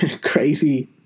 crazy